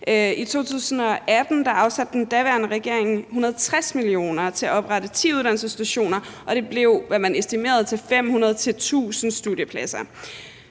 I 2018 afsatte den daværende regering 160 mio. kr. til at oprette ti uddannelsesinstitutioner, og det estimerede man til at blive til 500-1.000 studiepladser.